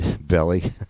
belly